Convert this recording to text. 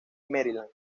maryland